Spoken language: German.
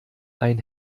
ein